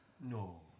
No